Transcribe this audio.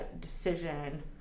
decision